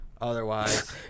otherwise